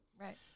Right